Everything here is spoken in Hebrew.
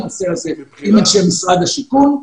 עם אנשי משרד השיכון.